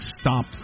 stop